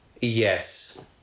Yes